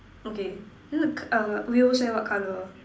okay then the c~ uh wheels leh what colour